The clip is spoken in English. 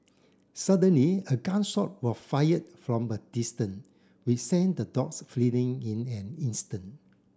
suddenly a gun shot were fired from a distance which sent the dogs fleeing in an instant